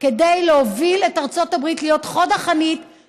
כדי להוביל את ארצות הברית להיות חוד החנית,